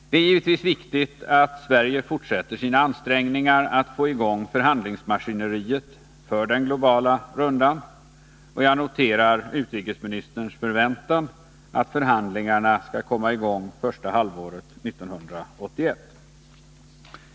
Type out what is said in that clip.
Det är givetvis viktigt att Sverige fortsätter sina ansträngningar att få i gång förhandlingsmaskineriet för den globala rundan, och jag noterar utrikesministerns förväntan att förhandlingarna skall komma i gång första halvåret 1981.